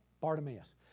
Bartimaeus